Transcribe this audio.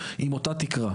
עם אותה תקרה.